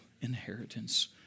inheritance